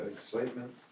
Excitement